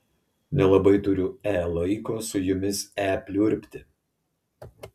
nelabai turiu e laiko su jumis e pliurpti